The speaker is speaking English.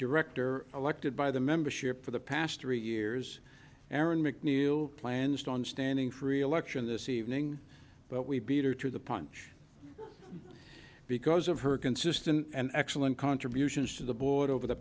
director elected by the membership for the past three years erin mcneil plans on standing for reelection this evening but we beat her to the punch because of her consistent and excellent contributions to the board over the